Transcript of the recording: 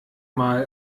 mal